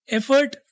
effort